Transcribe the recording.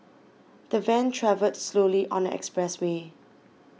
the van travelled slowly on the expressway